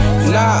Nah